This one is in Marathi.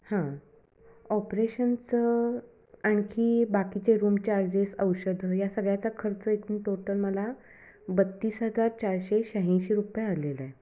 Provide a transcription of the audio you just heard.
हां ऑपरेशनचं आणखी बाकीचे रूम चार्जेस औषधं या सगळ्याचा खर्च एकूण टोटल मला बत्तीस हजार चारशे शहाऐंशी रुपये आलेला आहे